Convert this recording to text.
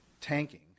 tanking